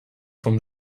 vom